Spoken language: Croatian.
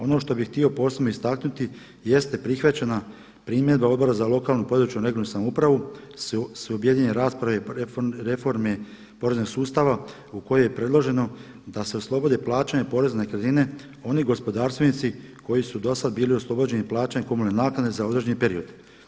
Ono što bih htio posebno istaknuti jeste prihvaćena primjedba Odbora za lokalnu, područnu i regionalnu samoupravu, su objedinjene rasprave reforme poreznog sustava u kojoj je predloženo da se oslobode plaćanja poreza na nekretnine oni gospodarstvenici koji su dosad bili oslobođeni plaćanja komunalne naknade za određeni period.